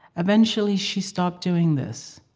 eventually she stopped doing this,